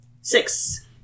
Six